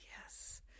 yes